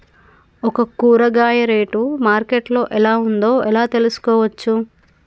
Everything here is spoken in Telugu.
ఒక కూరగాయ రేటు మార్కెట్ లో ఎలా ఉందో ఎలా తెలుసుకోవచ్చు?